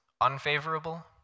unfavorable